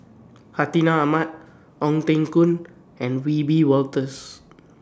Hartinah Ahmad Ong Teng Koon and Wiebe Wolters